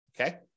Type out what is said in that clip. okay